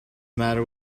matter